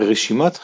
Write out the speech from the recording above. רשימת האירועים